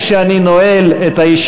מי נגד?